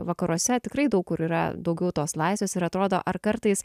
vakaruose tikrai daug kur yra daugiau tos laisvės ir atrodo ar kartais